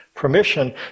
permission